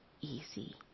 easy